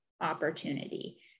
opportunity